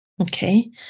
Okay